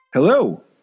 Hello